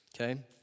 okay